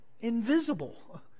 invisible